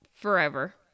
Forever